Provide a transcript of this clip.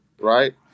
Right